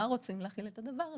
רוצים להחיל את הדבר הזה.